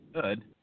good